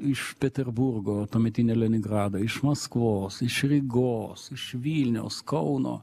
iš peterburgo tuometinio leningrado iš maskvos iš rygos iš vilniaus kauno